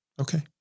Okay